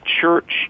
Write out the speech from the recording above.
church